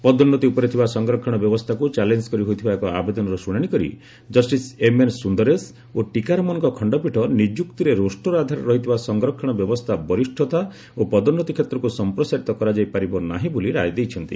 ପଦୋନ୍ନତି ଉପରେ ଥିବା ସଂରକ୍ଷଣ ବ୍ୟବସ୍ଥାକୁ ଚ୍ୟାଲେଞ୍ଜ କରି ହୋଇଥିବା ଏକ ଆବେଦନର ଶୁଣାଣିକରି ଜଷ୍ଟିସ ଏମ୍ଏନ୍ ସୁନ୍ଦରେଶ ଓ ଟିକାରମନଙ୍କ ଖଣ୍ଡପୀଠ ନିଯୁକ୍ତିରେ ରୋଷ୍ଟର ଆଧାରରେ ରହିଥିବା ସଂରକ୍ଷଣ ବ୍ୟବସ୍ଥା ବରିଷ୍ଠତା ଓ ପଦୋନ୍ନତି କ୍ଷେତ୍ରକୁ ସମ୍ପ୍ରସାରିତ କରାଯାଇ ପାରିବ ନାହିଁ ବୋଲି ରାୟ ଦେଇଛନ୍ତି